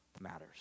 matters